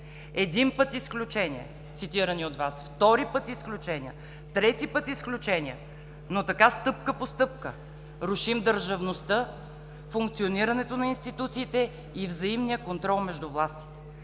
Един път изключения – цитирани от Вас, втори път изключения, трети път изключения. Но така стъпка по стъпка рушим държавността, функционирането на институциите и взаимния контрол между властите.